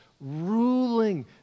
ruling